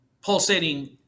pulsating